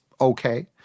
okay